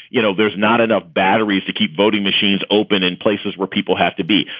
you know, there's not enough batteries to keep voting machines open in places where people have to be.